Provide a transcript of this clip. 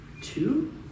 Two